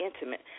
intimate